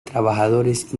trabajadores